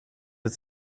het